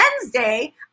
Wednesday